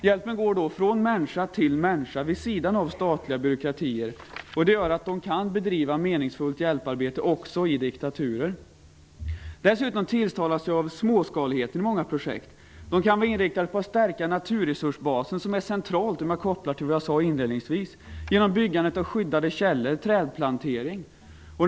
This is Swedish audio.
Hjälpen går då från människa till människa vid sidan av statliga byråkratier, och det gör att det går att bedriva meningsfullt hjälparbete, också i diktaturer. Dessutom tilltalas jag av småskaligheten i många projekt. De kan vara inriktade på att stärka naturresursbasen - vilket är centralt, om jag kopplar till det som jag sade inledningsvis - genom byggandet av skyddade källor och trädplanteringar.